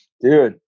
Dude